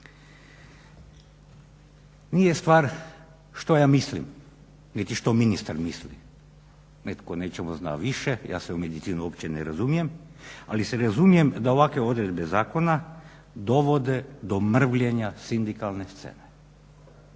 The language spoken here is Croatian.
Nije stvar što ja mislim, niti što ministar misli, netko o nečemu zna više, ja se u medicinu uopće ne razumijem, ali se razumijem da ovakve odredbe zakona dovode do mrvljenja sindikalne scene.